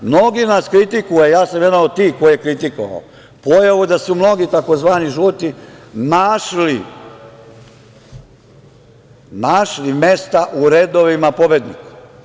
Mnogi kritikuju, a ja sam jedan od tih koji je kritikovao, pojavu da su mnogi tzv. žuti našli mesta u redovima pobednika.